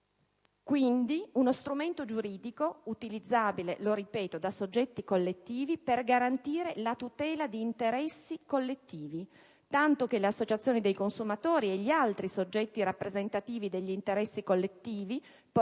Quindi, uno strumento giuridico utilizzabile - lo ripeto - da soggetti collettivi per garantire la tutela di interessi collettivi, tanto che le associazioni dei consumatori e gli altri soggetti rappresentativi degli interessi collettivi, portando in giudizio e facendo